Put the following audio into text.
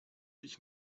ich